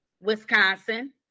wisconsin